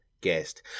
guest